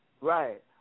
Right